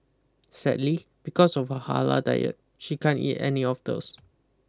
sadly because of her halal diet she can't eat any of those